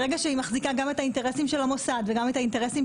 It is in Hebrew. ברגע שהיא מחזיקה גם באינטרסים של המוסד וגם באינטרסים